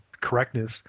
correctness